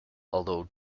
although